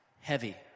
Heavy